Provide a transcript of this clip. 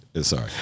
Sorry